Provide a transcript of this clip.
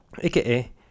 AKA